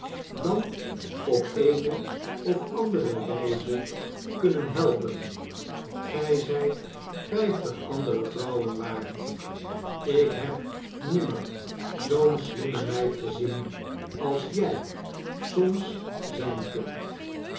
dan op de eene of andere wijze kunnen helpen gij zijt vijftig andere vrouwen waard ik heb nimmer zoo'n slimme meid gezien als jij soms zijn kunt